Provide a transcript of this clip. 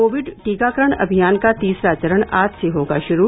Covid टीकाकरण अभियान का तीसरा चरण आज से होगा शुरू